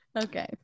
Okay